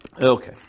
Okay